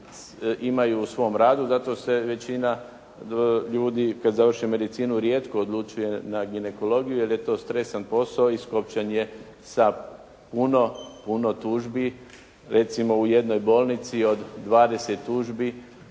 imaju u svome radu, zato se većina ljudi kada završe medicinu rijetko odlučuje na ginekologiju, jer je to stresan posao i …/Govornik se ne razumije./… puno, puno tužbi. Recimo u jednoj bolnici od 20 tužbi